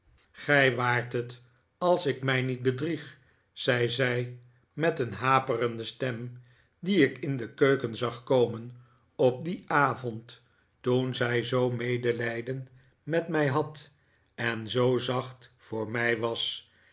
gij waart het als ik mi niet bedrieg zei zij met een haperende stem dien ik in ie keuken'zag komen op dien avond toen zij zoo'n medelijden met mij had en zoo zacht voor mij was